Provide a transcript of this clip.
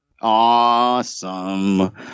Awesome